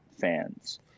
Fans